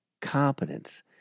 competence